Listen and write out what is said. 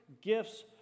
gifts